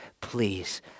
Please